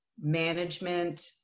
management